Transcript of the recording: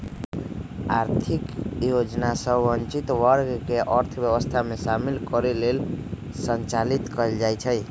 आर्थिक योजना सभ वंचित वर्ग के अर्थव्यवस्था में शामिल करे लेल संचालित कएल जाइ छइ